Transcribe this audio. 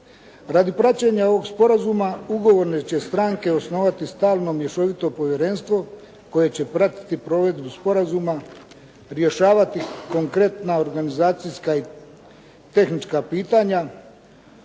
Radi praćenja ovog sporazuma ugovorne će stranke osnovati stalno mješovito povjerenstvo koje će pratiti provedbu sporazuma, rješavati konkretna organizacijska i tehnička pitanja,